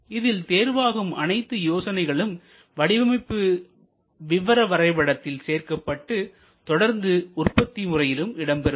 இதில் தேர்வாகும் அனைத்து யோசனைகளும் வடிவமைப்பு விவர வரைபடத்தில் சேர்க்கப்பட்டு தொடர்ந்து உற்பத்தி முறையிலும் இடம்பெறும்